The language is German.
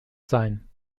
sein